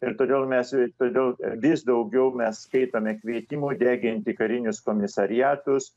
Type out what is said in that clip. ir todėl mes todėl vis daugiau mes skaitome kvietimų deginti karinius komisariatus